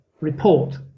report